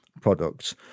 products